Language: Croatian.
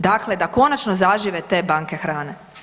Dakle, da konačno zažive te banke hrane.